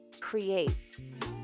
create